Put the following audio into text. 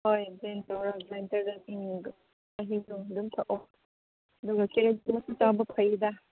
ꯍꯣꯏ ꯕ꯭ꯂꯦꯟ ꯇꯧꯔꯒ ꯒ꯭ꯔꯥꯏꯟꯗꯔꯗ ꯎꯝ ꯃꯍꯤꯗꯣ ꯑꯗꯨꯝ ꯊꯛꯑꯣ ꯑꯗꯨꯒ ꯀꯦꯔꯣꯠꯇꯨꯃꯁꯨ ꯆꯥꯕ ꯐꯩꯗ